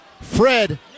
Fred